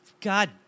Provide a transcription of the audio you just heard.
God